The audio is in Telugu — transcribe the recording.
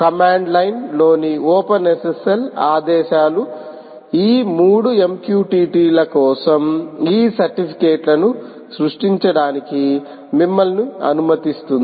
కమాండ్ లైన్లోని ఈ ఓపెన్ఎస్ఎస్ఎల్ఆదేశాలు ఈ 3 MQTT ల కోసం ఈ సర్టిఫికెట్లను సృష్టించడానికి మిమ్మల్ని అనుమతిస్తుంది